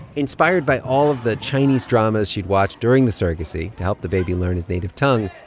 inspired by all of the chinese dramas she'd watched during the surrogacy to help the baby learn his native tongue,